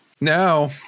Now